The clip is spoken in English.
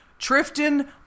Trifton